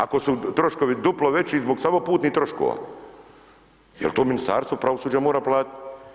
Ako su troškovi duplo veći samo zbog putnih troškova, jel to Ministarstvo pravosuđa mora platiti.